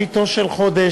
התשנ"ה 1995,